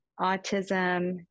autism